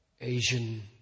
Asian